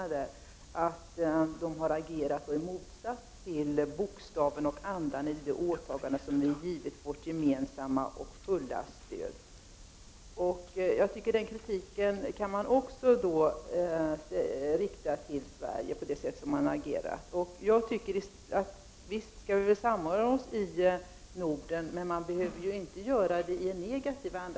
Han menade att man agerat i motsats till ”bokstaven och andan i det åtagande som vi givit vårt gemensamma och fulla stöd”. Jag anser att man också kan rikta den kritiken mot Sverige och dess sätt att agera. Visst skall vi i Sverige samordna våra beslut med övriga länder i Norden, men vi behöver inte göra det i negativ anda.